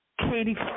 Katie